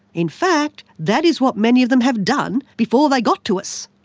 in fact that is what many of them have done before they got to us.